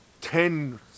ten